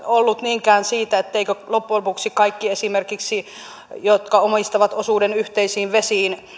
ollut niinkään siitä etteivätkö loppujen lopuksi esimerkiksi kaikki jotka omistavat osuuden yhteisiin vesiin